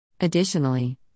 Additionally